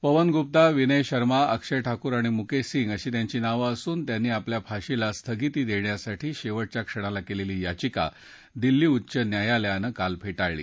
पवन गुप्ता विनय शर्मा अक्षय ठाकूर आणि मुकेश सिंग अशी त्यांची नावं असून त्यांनी आपल्या फाशीला स्थगिती देण्यासाठी शेवटच्या क्षणाला केलेली याधिका दिल्ली उच्च न्यायालयानं काल फेटाळली